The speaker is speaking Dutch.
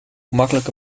gemakkelijk